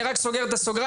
אני רק סוגר את הסוגריים.